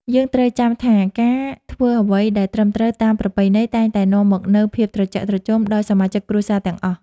យើងត្រូវចាំថាការធ្វើអ្វីដែលត្រឹមត្រូវតាមប្រពៃណីតែងតែនាំមកនូវភាពត្រជាក់ត្រជុំដល់សមាជិកគ្រួសារទាំងអស់។